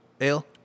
ale